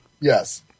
Yes